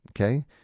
Okay